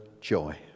joy